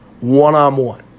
One-on-one